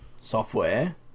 software